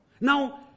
Now